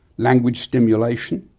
language stimulation,